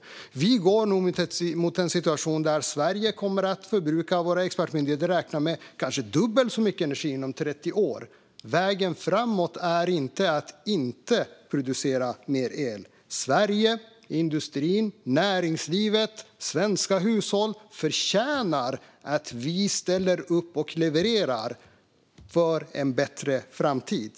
Våra expertmyndigheter räknar med att vi går mot en situation där Sverige kommer att förbruka kanske dubbelt så mycket energi inom 30 år. Vägen framåt är inte att inte producera mer el. Sverige - industrin, näringslivet och svenska hushåll - förtjänar att vi ställer upp och levererar för en bättre framtid.